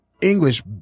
English